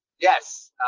Yes